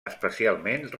especialment